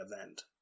event